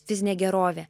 fizinė gerovė